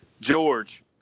George